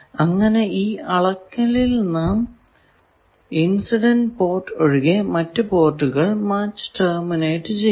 അങ്ങനെ ഈ അളക്കളിൽ നാം ഇൻസിഡന്റ് പോർട്ട് ഒഴികെ മറ്റു പോർട്ടുകൾ മാച്ച് ടെർമിനേറ്റ് ചെയ്യുന്നു